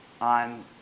on